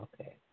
Okay